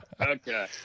Okay